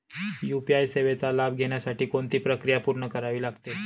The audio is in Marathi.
यू.पी.आय सेवेचा लाभ घेण्यासाठी कोणती प्रक्रिया पूर्ण करावी लागते?